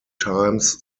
times